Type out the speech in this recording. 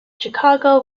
chicago